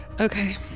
okay